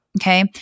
Okay